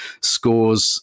scores